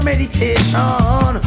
Meditation